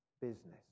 business